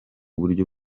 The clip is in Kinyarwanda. buryo